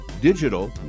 Digital